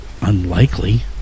unlikely